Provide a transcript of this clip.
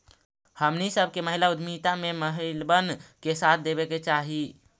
हमनी सब के महिला उद्यमिता में महिलबन के साथ देबे के चाहई